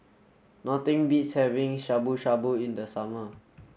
nothing beats having Shabu Shabu in the summer